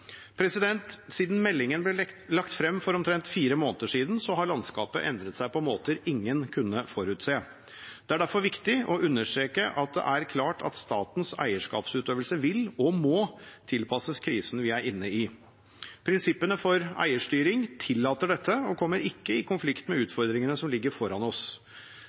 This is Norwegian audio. Siden meldingen ble lagt frem for omtrent fire måneder siden, har landskapet endret seg på måter ingen kunne forutse. Det er derfor viktig å understreke at det er klart at statens eierskapsutøvelse vil og må tilpasses krisen vi er inne i. Prinsippene for eierstyring tillater dette og kommer ikke i konflikt med utfordringene som ligger foran oss.